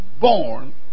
born